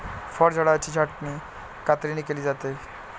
फळझाडांची छाटणी कात्रीने केली जाते